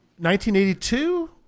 1982